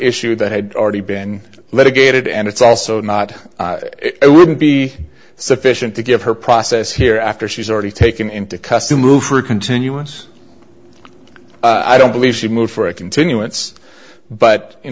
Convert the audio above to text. issue that had already been litigated and it's also not it wouldn't be sufficient to give her process here after she's already taken into custody move for a continuance i don't believe she moved for a continuance but you